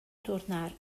tornar